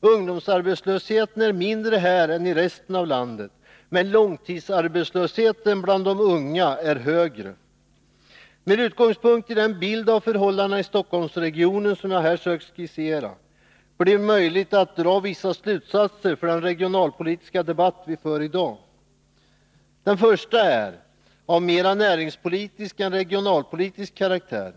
Ungdomsarbetslösheten är mindre här än i övriga delar av landet, men långtidsarbetslösheten bland unga är större. Med utgångspunkt i den bild av förhållandena i Stockholmsregionen som jag här sökt skissera är det möjligt att dra vissa slutsatser för den regionalpolitiska debatt som vi för i dag. Den första slutsatsen är mera av näringspolitisk än av regionalpolitisk karaktär.